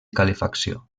calefacció